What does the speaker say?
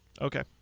Okay